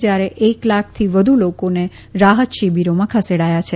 જ્યારે એક લાખથી વધુ લોકોને રાહત શિબિરોમાં ખસેડાયા છે